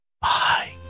Bye